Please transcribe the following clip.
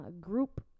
group